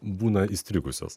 būna įstrigusios